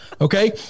okay